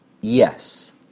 Yes